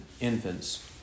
infants